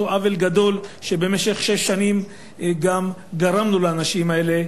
עוול גדול שבמשך שש שנים גם גרמנו לאנשים האלה,